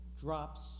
drops